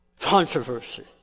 controversy